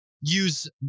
use